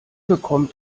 bekommt